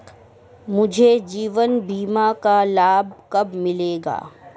मुझे जीवन बीमा का लाभ कब मिलेगा?